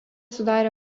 sudarė